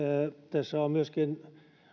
tässä on myöskin